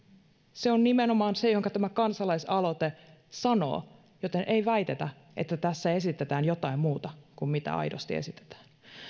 se on nimenomaan se minkä tämä kansalaisaloite sanoo joten ei väitetä että tässä esitetään jotain muuta kuin mitä aidosti esitetään